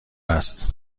است